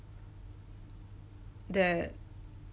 that